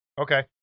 Okay